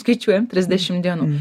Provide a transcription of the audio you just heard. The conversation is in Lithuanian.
skaičiuojam trisdešim dienų